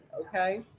okay